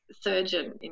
surgeon